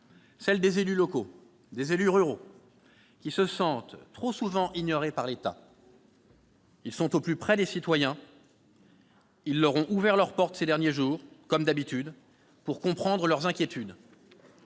celle des élus locaux, des élus ruraux, qui se sentent trop souvent ignorés par l'État. Ils sont au plus près des citoyens, ils leur ont ouvert leurs portes ces derniers jours, comme à leur habitude, pour comprendre leurs inquiétudes.